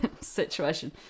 Situation